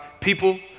people